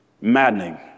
Maddening